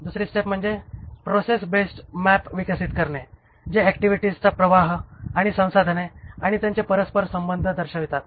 दुसरी स्टेप म्हणजे process based map विकसित करणे जे ऍक्टिव्हिटीजचा प्रवाह आणि संसाधने आणि त्यांचे परस्पर संबंध दर्शवितात